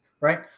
right